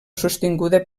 sostinguda